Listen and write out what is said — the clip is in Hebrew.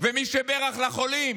ו"מי שברך" לחולים,